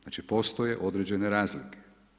Znači postoje određene razlike.